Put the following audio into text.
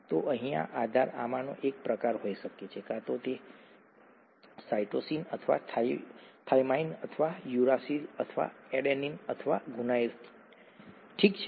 તો અહીંઆધાર આમાંનો એક પ્રકાર હોઈ શકે છે કાં તો સાઇટોસિન અથવા થાઇમાઇન અથવા યુરાસિલ અથવા એડેનિન અથવા ગુઆનિન ઠીક છે